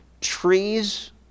Trees